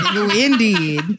Indeed